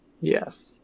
Yes